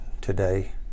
today